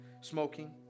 smoking